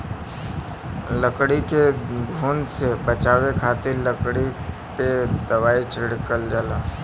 लकड़ी के घुन से बचावे खातिर लकड़ी पे दवाई छिड़कल जाला